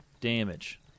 damage